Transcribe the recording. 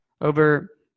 over